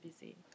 busy